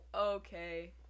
Okay